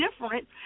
different